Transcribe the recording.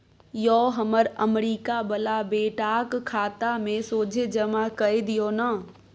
यौ हमर अमरीका बला बेटाक खाता मे सोझे जमा कए दियौ न